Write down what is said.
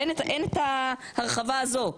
אין את ההרחבה הזו.